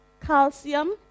calcium